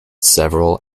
several